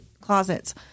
closets